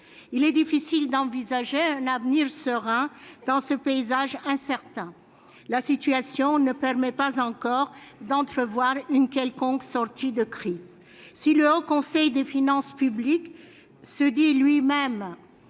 Il est difficile d'envisager un avenir serein dans ce paysage incertain. La situation ne permet pas encore d'entrevoir une quelconque sortie de crise. Si le Haut Conseil des finances publiques se dit lui-même